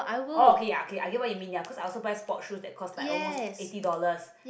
oh okay ya okay I get what you mean ya cause I also buy sport shoe that costs like almost eighty dollars